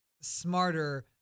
smarter